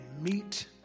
meet